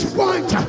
point